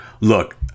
Look